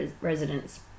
residents